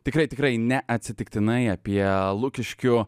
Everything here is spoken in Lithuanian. tikrai tikrai neatsitiktinai apie lukiškių